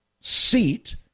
seat